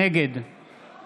נגד ניר אורבך, אינו